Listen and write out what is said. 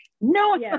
no